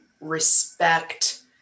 respect